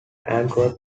antwerp